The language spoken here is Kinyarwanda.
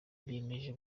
biyemeje